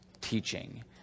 teaching